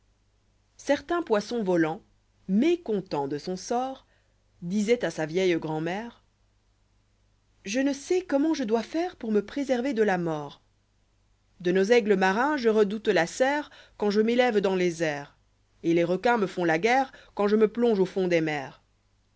ant vjeutaihpoisson volant mécontent de son sort disoit à sa vieille grand'mère je ne sais comment je dois faire pour me préserver de la mort de nos aigles marins je redoute la serre quand je m'élève dans les airs et les requins me font la guerre quand je me plonge au fond des mers